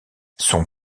son